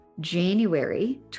January